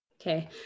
okay